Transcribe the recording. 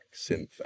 synth